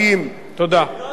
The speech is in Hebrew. תודה רבה.